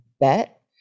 bet